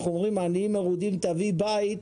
כשאנחנו אומרים: "עניים מרודים תביא בית",